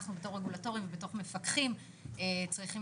ואנחנו כרגולטורים וכמפקחים צריכים